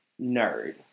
nerd